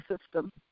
system